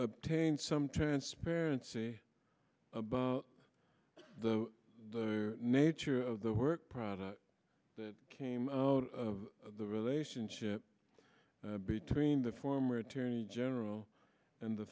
obtain some turns parents about the nature of the work product that came out of the relationship between the former attorney general and the